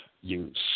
use